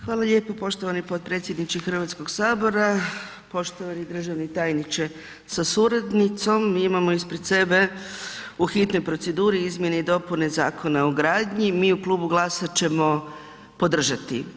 Hvala lijepo poštovani potpredsjedniče HS, poštovani državni tajniče sa suradnicom, mi imamo ispred sebe u hitnoj proceduri izmjene i dopune Zakona o gradnji, mi u Klubu GLAS-a ćemo podržati.